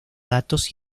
datos